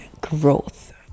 growth